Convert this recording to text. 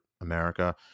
America